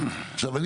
עכשיו,